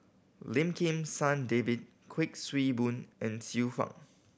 Lim Kim San David Kuik Swee Boon and Xiu Fang